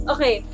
Okay